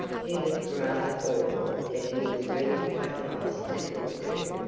he looked rather awful but he was really quite nice to talk to.